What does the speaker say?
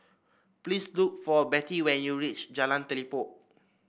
please look for Bettie when you reach Jalan Telipok